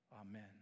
Amen